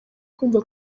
kumva